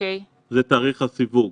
זה תאריך הסיווג.